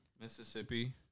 Mississippi